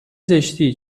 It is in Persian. زشتی